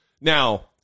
Now